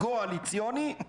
הגועליציוני.